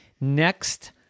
next